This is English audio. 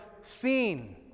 seen